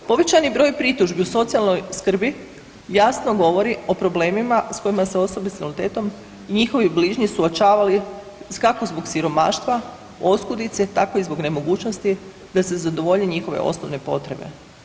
Povećani broj pritužbi u socijalnoj skrbi jasno govori o problemima s kojima se osobe s invaliditetom i njihovi bližnji suočavali kako zbog siromaštva, oskudice tako i zbog nemogućnosti da se zadovoljni njihove osnovne potrebe.